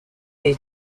est